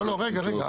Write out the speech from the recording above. לא, לא, רגע, רגע.